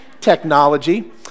technology